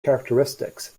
characteristics